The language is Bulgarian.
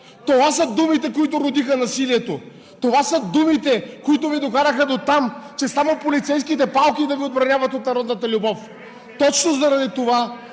Това са думите, които родиха насилието! Това са думите, които Ви докараха дотам, че само полицейските палки да Ви отбраняват от народната любов! (Реплики от